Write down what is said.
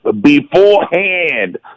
beforehand